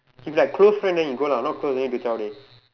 if like close friend then you go lah not close then you need to zhao dey